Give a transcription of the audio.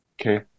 Okay